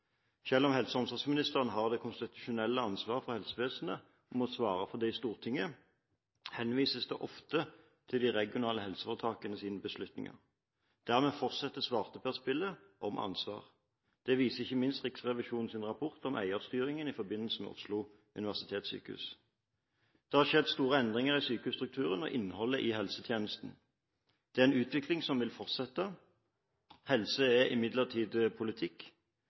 om helse- og omsorgsministeren har det konstitusjonelle ansvaret for helsevesenet og må svare for det i Stortinget, henvises det ofte til de regionale helseforetakenes beslutninger, og dermed fortsetter svarteper-spillet om ansvar. Det viser ikke minst Riksrevisjonens rapport om eierstyringen av Oslo universitetssykehus. Det har skjedd store endringer i sykehusstrukturen og innholdet i helsetjenestene, og det er en utvikling som vil fortsette. Helse er imidlertid politikk,